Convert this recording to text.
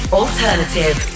alternative